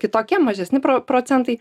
kitokie mažesni procentai